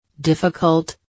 Difficult